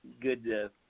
good